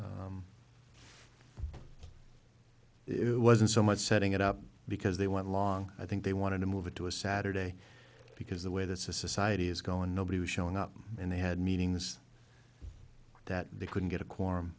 it wasn't so much setting it up because they want long i think they wanted to move it to a saturday because the way the society is going nobody was showing up and they had meetings that they couldn't get a quorum